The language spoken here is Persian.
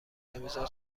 ادمیزاد